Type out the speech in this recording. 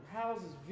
houses